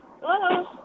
Hello